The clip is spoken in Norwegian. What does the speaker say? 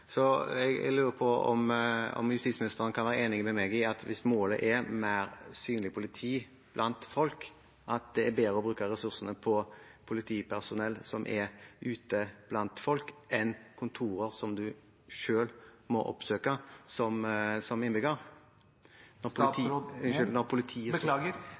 Jeg lurer på om justisministeren kan være enig med meg i at hvis målet er mer synlig politi blant folk, er det bedre å bruke ressursene på politipersonell ute blant folk enn på kontorer som en selv må oppsøke som innbygger – når politiet så tydelig sier at